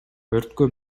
өрткө